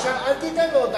אלדד, אתה תיכף עונה לו.